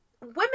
women